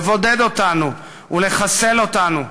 לבודד אותנו ולחסל אותנו,